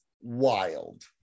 wild